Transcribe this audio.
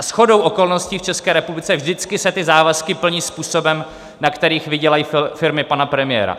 Shodou okolností v České republice vždycky se ty závazky plní způsobem, na kterých vydělají firmy pana premiéra.